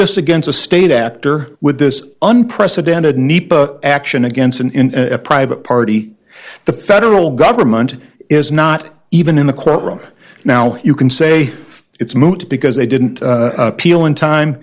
just against a state actor with this unprecedented nepa action against an in a private party the federal government is not even in the courtroom now you can say it's moot because they didn't appeal in time